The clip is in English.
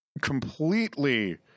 completely